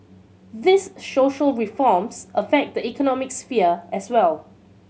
these social reforms affect the economic sphere as well